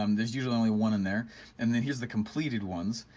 um there's usually only one in there and then here's the completed ones.